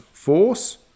Force